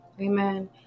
Amen